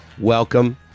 Welcome